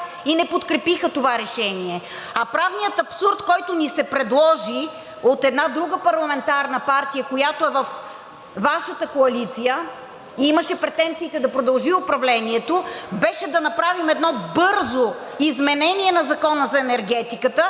и не подкрепиха това решение. А правният абсурд, който ни се предложи от една друга парламентарна партия, която е във Вашата коалиция и имаше претенциите да продължи управлението, беше да направим едно бързо изменение на Закона за енергетиката,